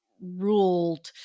ruled